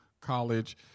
college